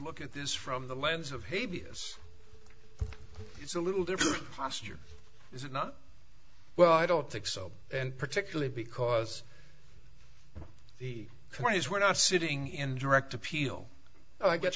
look at this from the lens of hey b s it's a little different posture is it not well i don't think so and particularly because the court is we're not sitting in direct appeal i guess